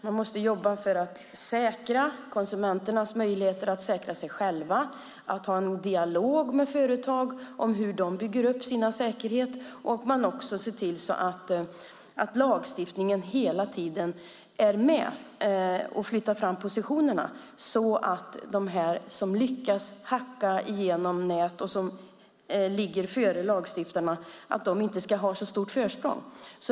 Man måste förbättra konsumenternas möjlighet att säkra sig själva, ha en dialog med företag om hur de bygger upp sin säkerhet och se till att lagstiftningen hela tiden är med och flyttar fram positionerna så att de som lyckas hacka sig in i nätet och ligger före lagstiftarna inte får så stort försprång.